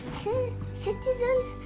Citizens